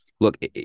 Look